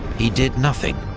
he did nothing,